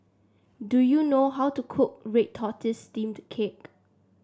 do you know how to cook Red Tortoise Steamed Cake